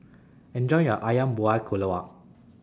Enjoy your Ayam Buah Keluak